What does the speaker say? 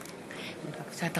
יואל אדלשטיין,